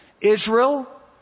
Israel